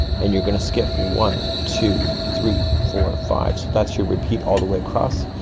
and you're gonna skip one two three four five. so that's your repeat all the way across.